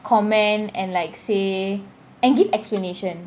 comment and like say and give explanation